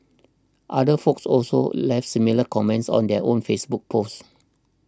other folks also left similar comments on their own Facebook post